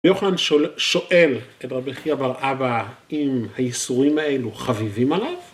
רבי יוחנן שואל את רבי חייא בר אבא אם היסורים האלו חביבים עליו?